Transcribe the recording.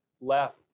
left